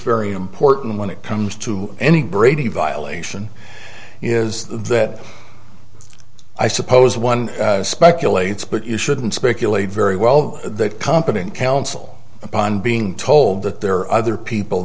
very important when it comes to any brady violation is that i suppose one speculates but you shouldn't speculate very well the competent counsel upon being told that there are other people